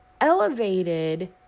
elevated